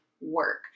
work